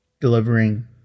delivering